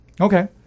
Okay